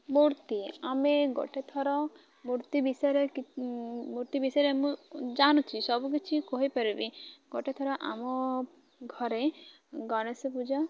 ମୂର୍ତ୍ତି ଆମେ ଗୋଟେ ଥର ମୂର୍ତ୍ତି ବିଷୟରେ ମୂର୍ତ୍ତି ବିଷୟରେ ମୁଁ ଜାଣୁଛି ସବୁକିଛି କହିପାରିବି ଗୋଟେ ଥର ଆମ ଘରେ ଗଣେଶ ପୂଜା